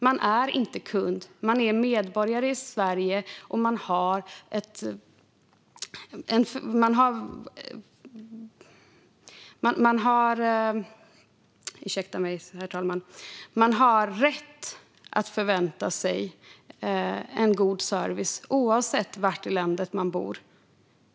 Man är inte kund, utan man är medborgare i Sverige och har rätt att förvänta sig en god service oavsett var i landet man bor.